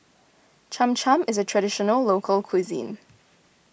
Cham Cham is a Traditional Local Cuisine